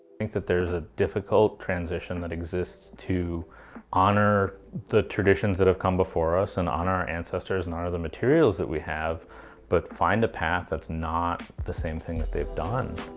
think that there's a difficult transition that exists to honor the traditions that have come before us and honor our ancestors and honor the materials that we have but find a path that's not the same thing that they've done.